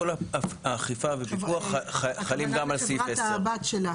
כל האכיפה ופיקוח חלים גם על סעיף 10. הכוונה לחברת הבת שלה.